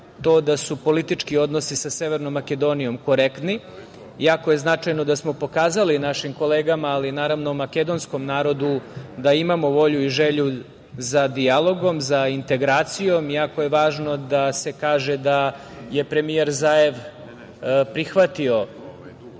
da su politički odnosi sa Severnom Makedonijom korektni, jako je značajno da smo pokazali našim kolegama, ali naravno makedonskom narodu da imamo volji u želju za dijalogom, za integracijom. Jako je važno da se kaže da je premijer Zajev prihvatio